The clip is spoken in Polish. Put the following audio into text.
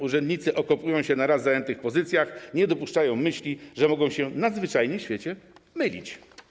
Urzędnicy okopują się na raz zajętych pozycjach, nie dopuszczają myśli, że mogą się najzwyczajniej w świecie mylić.